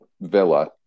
Villa